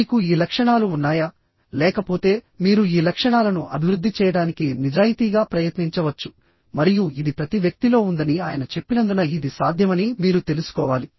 మీకు ఈ లక్షణాలు ఉన్నాయా లేకపోతే మీరు ఈ లక్షణాలను అభివృద్ధి చేయడానికి నిజాయితీగా ప్రయత్నించవచ్చు మరియు ఇది ప్రతి వ్యక్తిలో ఉందని ఆయన చెప్పినందున ఇది సాధ్యమని మీరు తెలుసుకోవాలి